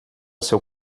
seu